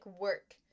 work